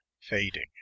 fading